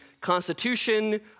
constitution